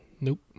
Nope